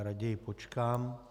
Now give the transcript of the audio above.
Raději počkám.